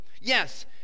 Yes